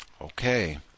Okay